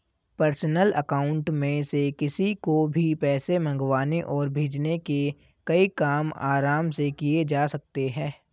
personal account में से किसी को भी पैसे मंगवाने और भेजने के कई काम आराम से किये जा सकते है